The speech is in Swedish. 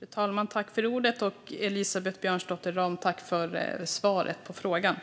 Fru talman! Tack, Elisabeth Björnsdotter Rahm, för svaret på frågan!